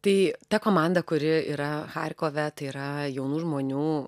tai ta komanda kuri yra charkove tai yra jaunų žmonių